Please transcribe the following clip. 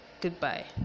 Goodbye